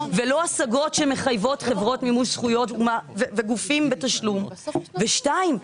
ולא השגות שמחייבות חברות מימוש זכויות וגופים בתשלום; ושתיים,